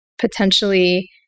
potentially